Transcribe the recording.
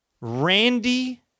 Randy